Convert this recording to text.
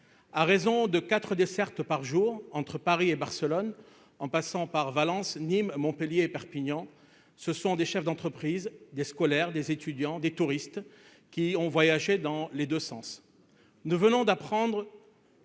à raison de 4 dessertes par jour entre Paris et Barcelone, en passant par Valence, Nîmes, Montpellier et Perpignan, ce sont des chefs d'entreprise des scolaires, des étudiants, des touristes qui ont voyagé dans les 2 sens, nous venons d'apprendre.